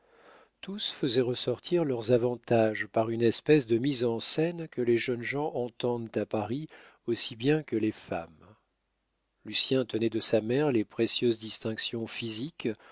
tous faisaient ressortir leurs avantages par une espèce de mise en scène que les jeunes gens entendent à paris aussi bien que les femmes lucien tenait de sa mère les précieuses distinctions physiques